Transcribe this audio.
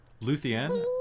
Luthien